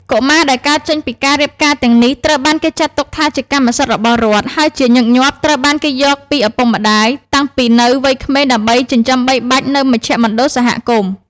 កុមារដែលកើតចេញពីការរៀបការទាំងនេះត្រូវបានគេចាត់ទុកថាជាកម្មសិទ្ធិរបស់រដ្ឋ ហើយជាញឹកញាប់ត្រូវបានគេយកពីឪពុកម្តាយ តាំងពីនៅវ័យក្មេងដើម្បីចិញ្ចឹមបីបាច់នៅមជ្ឈមណ្ឌលសហគមន៍។